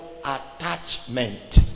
attachment